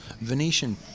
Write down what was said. Venetian